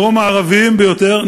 הדרום-מערביים ביותר,